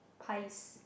pies